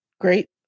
great